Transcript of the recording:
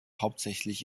hauptsächlich